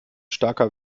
starker